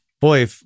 boy